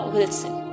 Wilson